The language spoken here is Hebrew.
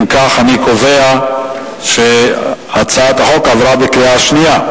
אם כך, אני קובע שהצעת החוק עברה בקריאה שנייה.